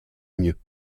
mieux